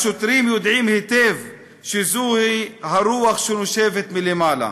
השוטרים יודעים היטב שזו הרוח שנושבת מלמעלה.